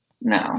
No